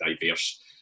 diverse